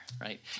right